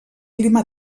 clima